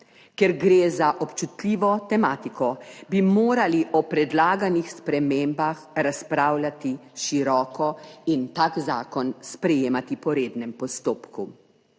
ker gre za občutljivo tematiko, bi morali o predlaganih spremembah razpravljati široko in tak zakon sprejemati po rednem postopku.